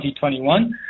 2021